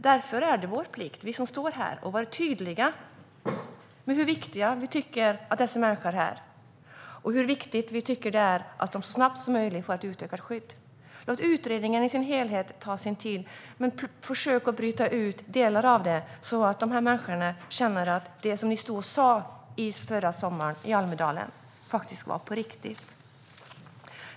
Därför är det vår plikt, vi som står här, att vara tydliga med hur viktiga vi tycker att dessa människor är och hur viktigt vi tycker att det är att de så snabbt som möjligt får ett utökat skydd. Låt utredningen i sin helhet ta sin tid, men försök att bryta ut delar av den så att dessa människor känner att det ni stod och sa i Almedalen förra sommaren faktiskt var på riktigt!